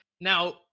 Now